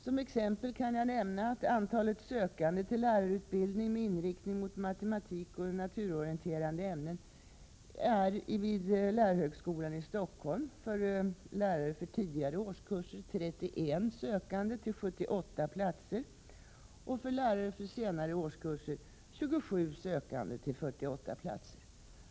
Som exempel kan jag nämna att antalet sökande till lärarutbildning med inriktning på matematik och naturorienterande ämnen vid lärarhögskolan i Stockholm är för lärare vid tidigare årskurser 31 till 78 platser och för lärare för senare årskurser 27 till 48 platser.